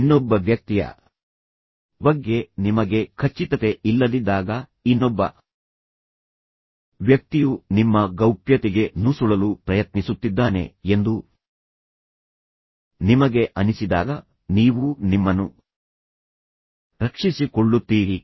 ಇನ್ನೊಬ್ಬ ವ್ಯಕ್ತಿಯ ಬಗ್ಗೆ ನಿಮಗೆ ಖಚಿತತೆ ಇಲ್ಲದಿದ್ದಾಗ ಇನ್ನೊಬ್ಬ ವ್ಯಕ್ತಿಯು ನಿಮ್ಮ ಗೌಪ್ಯತೆಗೆ ನುಸುಳಲು ಪ್ರಯತ್ನಿಸುತ್ತಿದ್ದಾನೆ ಎಂದು ನಿಮಗೆ ಅನಿಸಿದಾಗ ನೀವು ನಿಮ್ಮನ್ನು ರಕ್ಷಿಸಿಕೊಳ್ಳುತ್ತೀರಿ